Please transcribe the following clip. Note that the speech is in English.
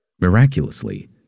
Miraculously